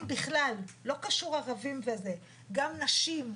בכלל לא קשור ערבים ואחרים גם נשים,